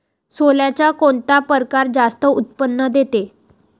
सोल्याचा कोनता परकार जास्त उत्पन्न देते?